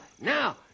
Now